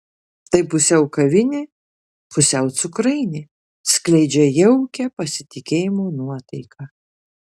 tai pusiau kavinė pusiau cukrainė skleidžia jaukią pasitikėjimo nuotaiką